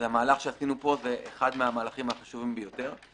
אז המהלך שעשינו פה הוא אחד המהלכים החשובים ביותר.